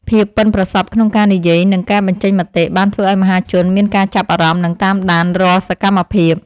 ភាពប៉ិនប្រសប់ក្នុងការនិយាយនិងការបញ្ចេញមតិបានធ្វើឱ្យមហាជនមានការចាប់អារម្មណ៍និងតាមដានរាល់សកម្មភាព។